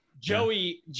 Joey